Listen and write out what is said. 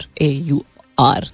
A-U-R